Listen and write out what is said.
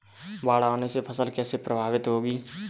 बाढ़ आने से फसल कैसे प्रभावित होगी?